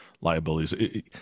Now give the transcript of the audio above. liabilities